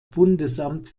bundesamt